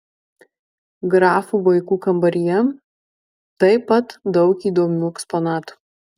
grafų vaikų kambaryje taip pat daug įdomių eksponatų